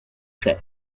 cher